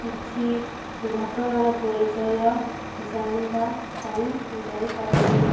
କିଛି ଘଟଣାର ପରିଚୟ ଜାଣିବା ପାଇଁ ଯାଇପାରିବି